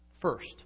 First